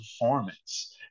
performance